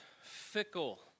fickle